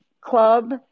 club